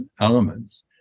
elements